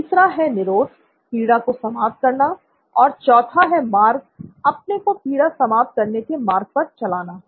तीसरा है निरोध पीड़ा को समाप्त करना और चौथा है मार्ग अपने को पीड़ा समाप्त करने के मार्ग पर चलाना